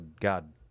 god